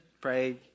pray